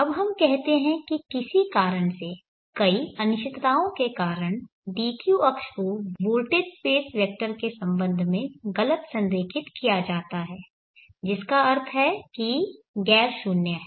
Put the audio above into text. अब हम कहते हैं किसी कारण से कई अनिश्चितताओं के कारण dq अक्ष को वोल्टेज स्पेस वेक्टर के संबंध में गलत संरेखित किया जाता है जिसका अर्थ है कि गैर शून्य है